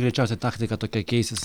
greičiausiai taktika tokia keisis